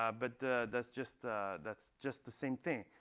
ah but that's just that's just the same thing.